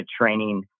training